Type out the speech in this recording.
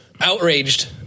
outraged